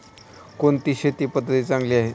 कोणती शेती पद्धती चांगली आहे?